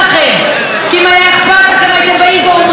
הייתם באים ואומרים: אין כאן אופוזיציה קואליציה,